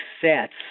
sets